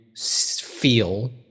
feel